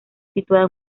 situada